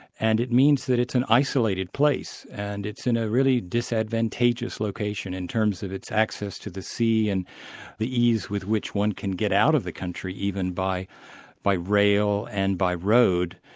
and it means that it's an isolated place, and it's in a really disadvantageous location in terms of its access to the sea, and the ease with which one can get out of the country, even by by rail and by road.